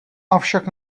avšak